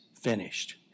finished